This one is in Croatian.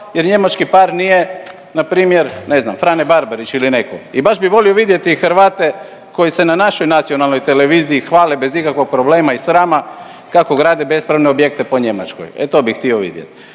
jer njemački par nije npr. ne znam Frane Barbarić ili netko. I baš bi volio vidjeti Hrvate koji se na našoj nacionalnoj televiziji hvale bez ikakvog problema i srama kako grade bespravne objekte po Njemačkoj, e to bi htio vidjet.